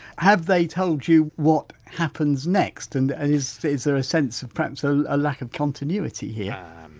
have they told you what happens next and and is is there a sense of perhaps ah a lack of continuity here?